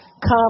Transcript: come